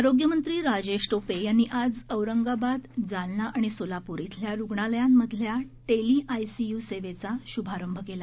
आरोग्यमंत्री राजेश टोपे यांनी आज औरंगाबाद जालना आणि सोलापूर इथल्या रुग्णालयांमधल्या टेलिआयसीय् सेवेचा श्भारंभ केला